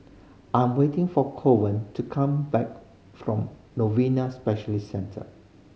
I'm waiting for Corwin to come back from Novena Specialist Centre